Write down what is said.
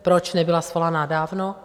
Proč nebyla svolaná dávno?